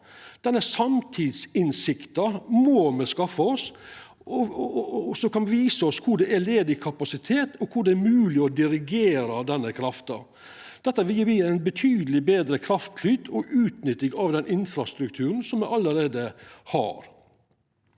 Denne sanntidsinnsikta må me skaffa oss, som kan visa oss kvar det er ledig kapasitet, og kvar det er mogleg å dirigera denne krafta. Dette vil gje ein betydeleg betre kraftflyt og utnytting av den infrastrukturen som me allereie har.